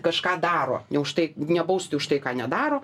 kažką daro ne už tai nebausti už tai ką nedaro